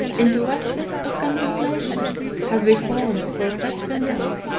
into what fits of contemplation have we fallen before such windows,